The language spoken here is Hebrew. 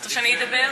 רוצה שאני אדבר?